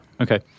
Okay